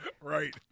Right